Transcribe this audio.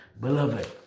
Beloved